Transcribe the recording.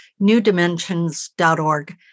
newdimensions.org